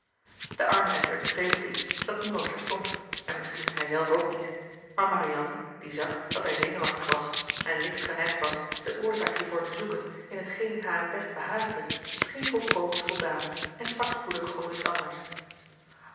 de arme edward prevelde iets dat niemand verstond misschien hij zelf ook niet maar marianne die zag dat hij zenuwachtig was en licht geneigd was de oorzaak hiervoor te zoeken in t geen haar t best behaagde scheen volkomen voldaan en sprak spoedig over iets anders